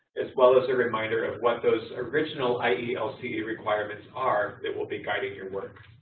as well as a reminder of what those original ielce requirements are that will be guiding your work.